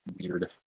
weird